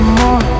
more